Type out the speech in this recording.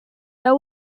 they